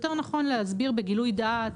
יותר נכון להסביר את זה בגילוי דעת.